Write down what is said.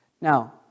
Now